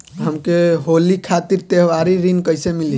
हमके होली खातिर त्योहारी ऋण कइसे मीली?